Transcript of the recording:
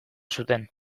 zuten